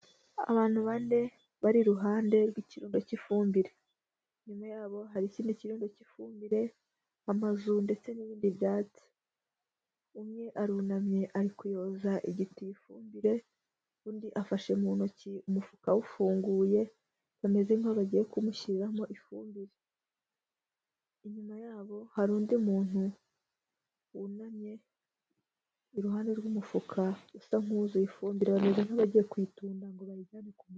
Abantu bane bari iruhande rw'ikirundo cy'ifumbire. Inyuma yabo hari ikindi kirundo cy'ifumbire amazu ndetse n'ibindi byatsi, umwe arunamye ari kuyoza igitiyo ifumbire, undi afashe mu ntoki umufuka awufunguye, bameze nkaho bagiye kumushyiriramo ifumbire, inyuma yabo hari undi muntu wunamye iruhande rw'umufuka, usa nk'uwuzuye ifumbire, bameze nk'abagiye kuyitunda ngo bayijyane ku mu...